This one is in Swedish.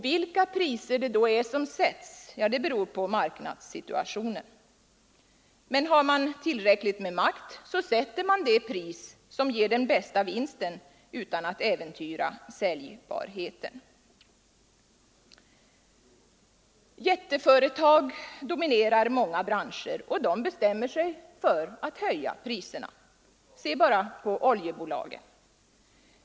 Vilka priser som sätts beror på marknadssituationen, men har man tillräckligt med makt, sätter man det pris som ger den bästa vinsten utan att äventyra säljbarheten. Jätteföretag dominerar många branscher — och de bestämmer sig för att höja priserna. Se bara på oljebolagen!